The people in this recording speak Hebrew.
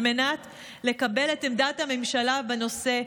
על מנת לקבל את עמדת הממשלה בנושא,